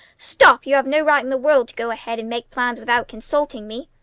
stop! you had no right in the world to go ahead and make plans without consulting me!